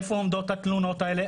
איפה עומדות התלונות האלה,